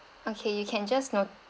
okay you can just not~